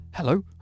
Hello